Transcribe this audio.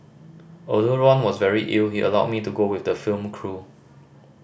although Ron was very ill he allowed me to go with the film crew